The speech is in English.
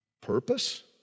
purpose